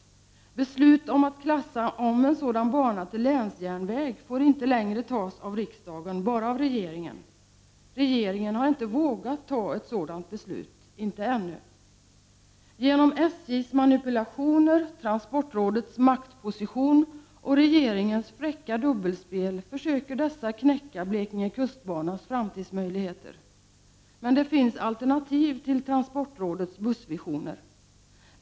Beslut om att klassa om en sådan bana till länsjärnväg får inte längre tas av riksdagen — bara av regeringen. Regeringen har inte vågat fatta ett sådant beslut — inte ännu. SJ försöker genom sina manipulationer, transportrådet genom sin maktposition och regeringen genom sitt fräcka dubbelspel att knäcka Blekinge kustbanas framtidsmöjligheter. Men det finns alternativ till transportrådets bussvisioner.